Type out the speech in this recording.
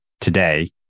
today